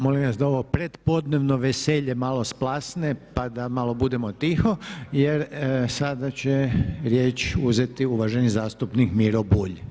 Molim vas da ovo pretpodnevno veselje malo splasne, pa da malo budemo tiho jer sada će riječ uzeti uvaženi zastupnik Miro Bulj.